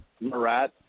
Murat